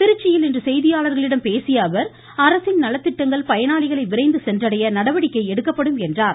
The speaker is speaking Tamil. திருச்சியில் இன்று செய்தியாளர்கிளடம் பேசிய அவர் அரசின் நலத்திட்டங்கள் பயனாளிகளை விரைந்து சென்றடைய நடவடிக்கை எடுக்கப்படும் என்றார்